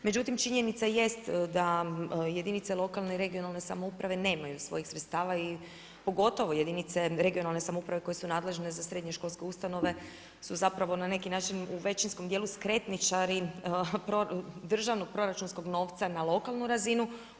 Međutim, činjenica jest da jedinice lokalne i regionalne samouprave nemaju svojih sredstava i pogotovo jedinice regionalne samouprave koje su nadležne za srednjoškolske ustanove su zapravo na neki način u većinskom djelu skretničari državnog proračunskog novca na lokalnu razinu.